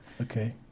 Okay